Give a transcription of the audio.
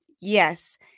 Yes